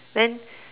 then